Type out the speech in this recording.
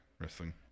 Wrestling